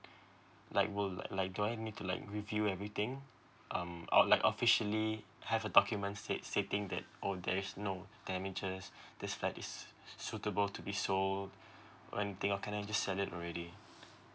like will like like do I need to like review everything um or like officially have a document state stating that oh there is no damages this flat is suitable to be sold or anything or can I just sell it already